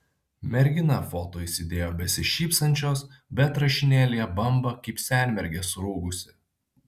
mergina foto įsidėjo besišypsančios bet rašinėlyje bamba kaip senmergė surūgusi